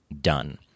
done